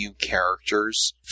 characters